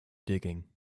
digging